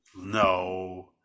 No